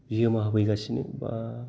बिहोमा होफैगासिनो बा